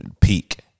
peak